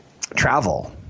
travel